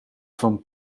van